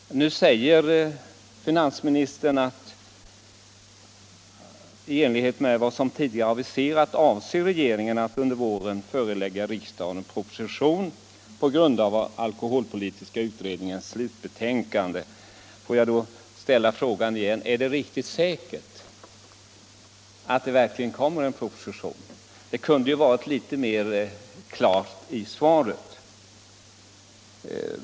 Nu säger finansministern i svaret: ”I enlighet med vad som tidigare aviserats avser regeringen att under våren förelägga riksdagen proposition på grundval av alkoholpolitiska utredningens slutbetänkande.” Får jag då åter ställa frågan: Är det riktigt säkert att det verkligen kommer att läggas fram en proposition då? Det kunde ju ha varit litet klarare utsagt i svaret.